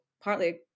partly